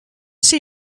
see